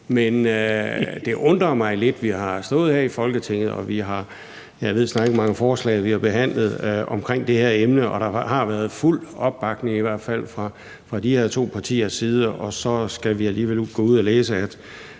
Men det undrer mig lidt. Vi har stået her i Folketinget, og jeg ved snart ikke, hvor mange forslag vi har behandlet omkring det her emne, og der har været fuld opbakning i hvert fald fra de her to partiers side, og så skal vi alligevel gå ud og læse, at